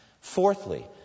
Fourthly